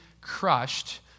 crushed